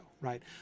right